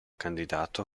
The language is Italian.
candidato